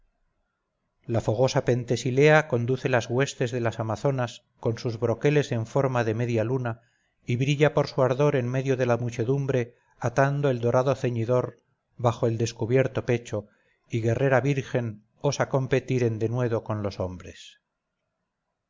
la fogosa pentesilea conduce las huestes de las amazonas con sus broqueles en forma de media luna y brilla por su ardor en medio de la muchedumbre atando el dorado ceñidor bajo el descubierto pecho y guerrera virgen osa competir en denuedo con los hombres